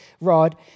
rod